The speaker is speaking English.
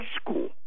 school